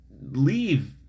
leave